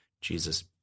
Jesus